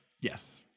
Yes